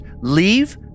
Leave